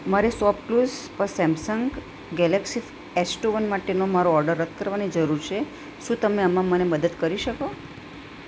મારે સોપક્લૂઝ પર Samsung Galaxy S two one માટેનો મારો ઓર્ડર રદ કરવાની જરૂર છે શું તમે આમાં મને મદદ કરી શકો